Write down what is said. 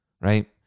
Right